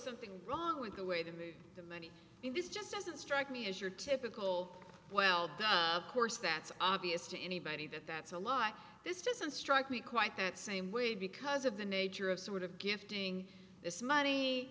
something wrong with the way they move the money in this just doesn't strike me as your typical well of course that's obvious to anybody that that's a lie this doesn't strike me quite the same way because of the nature of sort of gifting this money